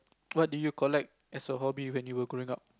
what did you collect as a hobby when you were growing up